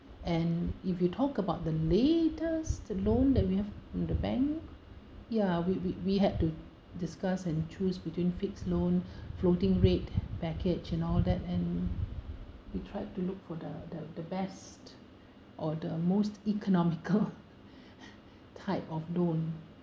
and if you talk about the latest loan that we have from the bank ya we we we had to discuss and choose between fixed loan floating rate package and all that and we tried to look for the the best or the most economical type of loan